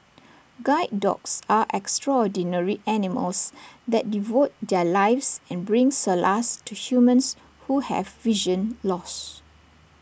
guide dogs are extraordinary animals that devote their lives and bring solace to humans who have vision loss